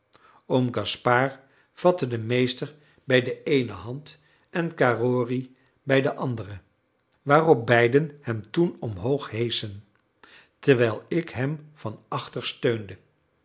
oom gaspard vatte den meester bij de eene hand en carrory bij de andere waarop beiden hem toen omhoog heschen terwijl ik hem van achter steunde